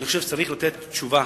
ואני חושב שצריך לתת תשובה